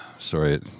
Sorry